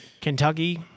Kentucky